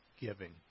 giving